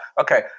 Okay